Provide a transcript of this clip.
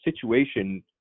situation